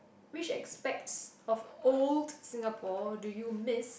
which aspects of old Singapore do you miss